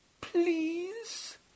Please